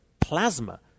plasma